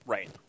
Right